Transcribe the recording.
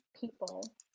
people